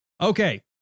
Okay